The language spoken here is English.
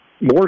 more